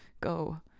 go